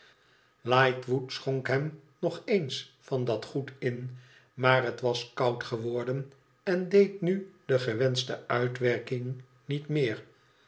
lightwood schonk hem nog eens van i dat goed in maar het was kond geworden en deed nu de gewenschte uitwerking niet meer